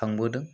खांबोदों